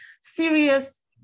serious